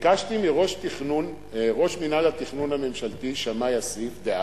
וביקשתי מראש מינהל התכנון הממשלתי דאז שמאי אסיף,